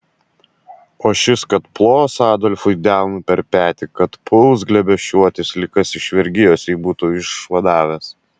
o šis kad plos adolfui delnu per petį kad puls glėbesčiuotis lyg kas iš vergijos jį būti išvadavęs